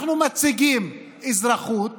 אנחנו מציגים אזרחות